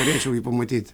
norėčiau jį pamatyti